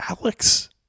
Alex